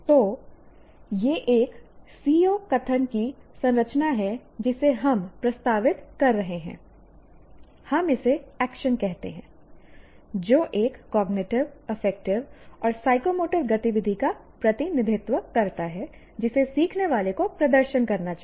तो यह एक CO कथन की संरचना है जिसे हम प्रस्तावित कर रहे हैं हम इसे एक्शन कहते हैं जो एक कॉग्निटिव अफेक्टिव साइकोमोटर गतिविधि का प्रतिनिधित्व करता है जिसे सीखने वाले को प्रदर्शन करना चाहिए